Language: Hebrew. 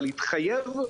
אבל להתחייב,